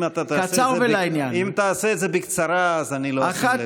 אם תעשה את זה בקצרה אז אני לא אשים לב.